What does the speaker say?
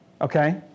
Okay